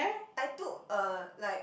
I took a like